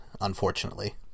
unfortunately